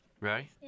Ready